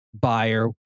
buyer